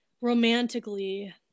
romantically